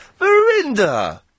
Verinda